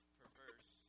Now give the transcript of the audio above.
perverse